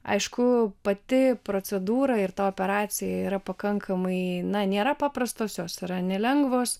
aišku pati procedūra ir ta operacija yra pakankamai na nėra paprastos jos yra nelengvos